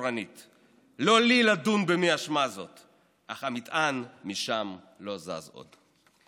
אחורנית / לא לי לדון במי אשמה זאת / אך המטען משם לא זז עוד".